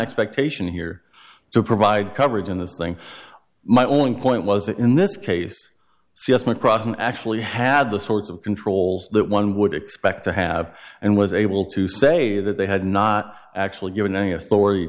expectation here to provide coverage in this thing my only point was that in this case just macross and actually had the sorts of controls that one would expect to have and was able to say that they had not actually given any authority